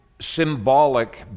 symbolic